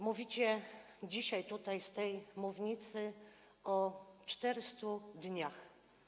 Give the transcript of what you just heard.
Mówicie dzisiaj z tej mównicy o 400 dniach.